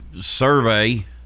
survey